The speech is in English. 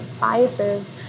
biases